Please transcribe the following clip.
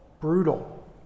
brutal